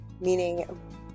meaning